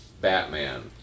Batman